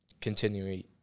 continuing